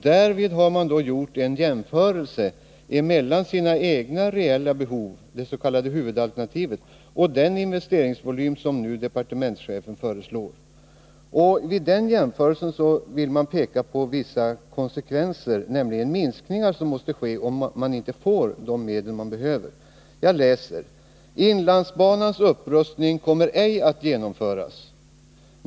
Där har man gjort en jämförelse mellan sina egna reella behov, det s.k. huvudalternativet, och den investeringsvolym som departementschefen föreslår. I jämförelsen pekar man på vissa konsekvenser, nämligen de minskningar som måste ske om man inte får de medel man behöver: Inlandsbanans upprustning kommer ej att genomföras.